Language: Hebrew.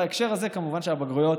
בהקשר הזה, כמובן שהבגרויות